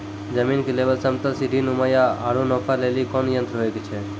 जमीन के लेवल समतल सीढी नुमा या औरो नापै लेली कोन यंत्र होय छै?